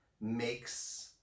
makes